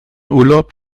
urlaub